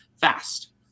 fast